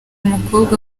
mukobwa